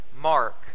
Mark